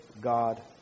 God